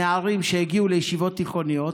נערים שהגיעו לישיבות תיכוניות.